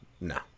No